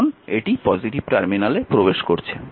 কারণ এটি পজিটিভ টার্মিনালে প্রবেশ করছে